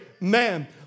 man